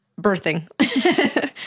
birthing